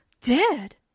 Dead